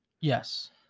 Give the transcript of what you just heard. Yes